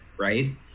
right